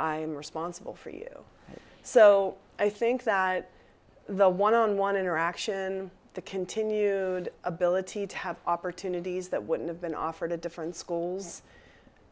am responsible for you so i think that the one on one interaction the continue ability to have opportunities that wouldn't have been offered to different schools